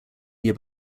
year